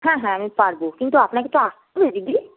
হ্যাঁ হ্যাঁ আমি পারবো কিন্তু আপনাকে তো আসতে হবে দিদি